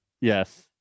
yes